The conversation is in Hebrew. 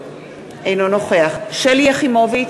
אינו נוכח שלי יחימוביץ,